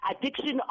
addiction